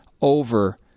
over